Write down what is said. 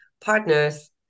partners